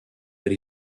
per